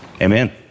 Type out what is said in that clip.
Amen